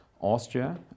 Austria